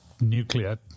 nuclear